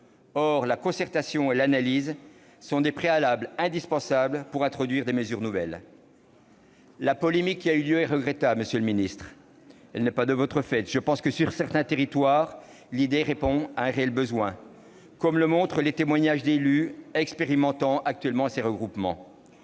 Or la concertation et l'analyse sont des préalables indispensables pour introduire des mesures nouvelles. La polémique qui a eu lieu et qui n'est pas de votre fait, monsieur le ministre, est regrettable. Sur certains territoires, l'idée répond à un réel besoin, comme le montrent les témoignages d'élus expérimentant actuellement ces regroupements.